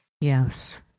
Yes